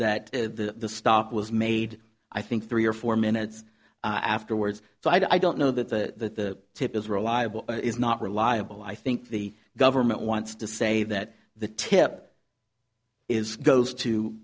that the stop was made i think three or four minutes afterwards so i don't know that the tip is reliable is not reliable i think the government wants to say that the tip is goes to